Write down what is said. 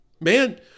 man